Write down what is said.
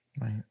Right